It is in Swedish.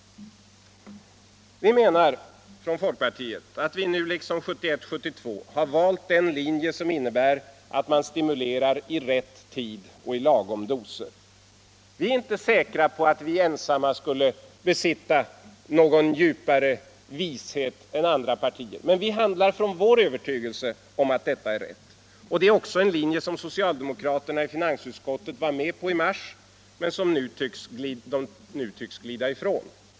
Vi menar från folkpartiet att vi, nu liksom 1971-1972, valt den linje som innebär att man stimulerar i rätt tid och i lagom doser. Vi är inte säkra på att vi ensamma skulle besitta någon djupare vishet än andra partier, men vi handlar från vår övertygelse om att detta är rätt. Detta är en linje som också socialdemokraterna i finansutskottet var med på i mars men som de nu tycks ha glidit ifrån.